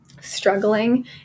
struggling